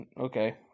okay